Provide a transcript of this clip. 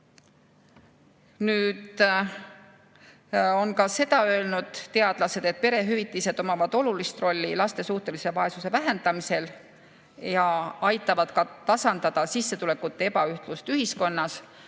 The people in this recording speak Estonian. Teadlased on öelnud ka seda, et perehüvitised omavad olulist rolli laste suhtelise vaesuse vähendamisel ja aitavad tasandada sissetulekute ebaühtlust ühiskonnas.